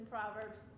Proverbs